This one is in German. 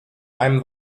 einem